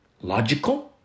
logical